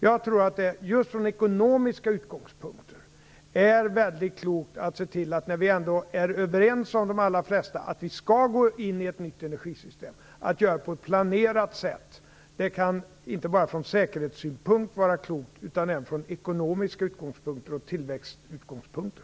Jag tror att det just från ekonomiska utgångspunkter är väldigt klokt att, när de allra flesta av oss ändå är överens om att vi skall gå in i ett nytt energisystem, se till att göra det på ett planerat sätt. Det kan inte bara från säkerhetssynpunkt vara klokt, utan även från ekonomiska utgångspunkter och tillväxtutgångspunkter.